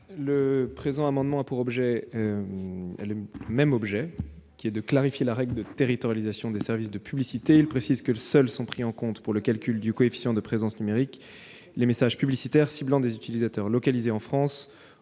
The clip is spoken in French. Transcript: n° 65. Cet amendement a le même objet : il vise à clarifier la règle de territorialisation des services de publicité. Il tend à préciser que seuls sont pris en compte pour le calcul du coefficient de présence numérique les messages publicitaires ciblant des utilisateurs localisés en France